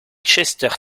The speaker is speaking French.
chester